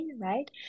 right